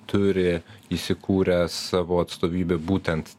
turi įsikūręs savo atstovybę būtent